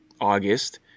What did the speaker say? August